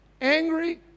angry